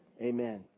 Amen